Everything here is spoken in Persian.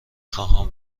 خواهم